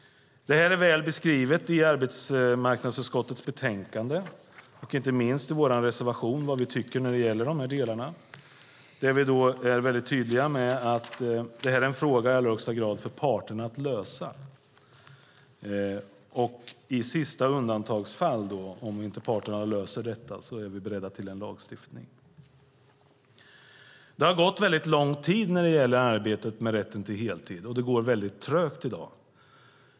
Frågan är väl beskriven i arbetsmarknadsutskottets betänkande, inte minst i vår reservation där det framgår vad vi tycker om de delarna. Vi är tydliga med att det här är en fråga för parterna att lösa. I sista undantagsfall, om inte parterna löser problemet, är vi beredda att införa en lagstiftning. Det har gått lång tid i arbetet med rätt till heltid. Det går trögt i dag.